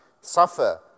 suffer